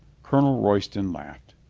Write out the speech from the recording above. colonel royston laughed.